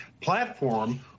platform